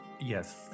Yes